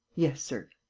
yes, sir.